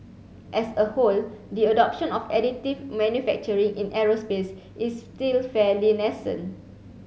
as a whole the adoption of additive manufacturing in aerospace is still fairly nascent